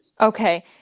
Okay